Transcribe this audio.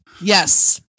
Yes